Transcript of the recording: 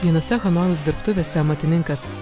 vienose hanojaus dirbtuvėse amatininkas